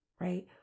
Right